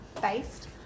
based